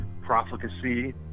profligacy